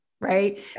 right